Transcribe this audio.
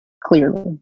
Clearly